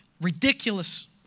ridiculous